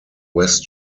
west